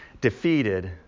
defeated